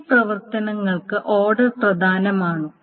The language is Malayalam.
ഈ പ്രവർത്തനങ്ങൾക്ക് ഓർഡർ പ്രധാനമാണോ